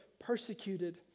persecuted